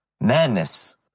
madness